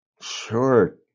Sure